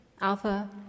Alpha